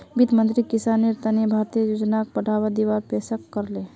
वित्त मंत्रीक किसानेर तने भारतीय योजनाक बढ़ावा दीवार पेशकस करले